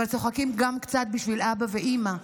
אבל צוחקים גם קצת בשביל אבא ואימא,